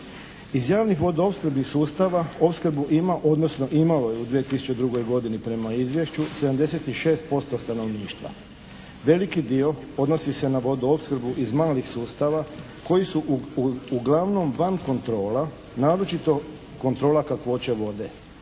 Iz javnih vodoopskrbnih sustava opskrbu ima, odnosno imalo je u 2002. godini prema Izvješću 76% stanovništva. Veliki dio odnosi se na vodoopskrbu iz malih sustava koji su uglavnom van kontrola, naročito kontrola kakvoće vode.